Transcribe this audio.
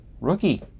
rookie